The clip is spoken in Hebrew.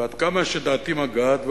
ועד כמה שדעתי מגעת,